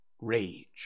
Rage